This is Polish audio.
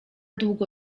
długo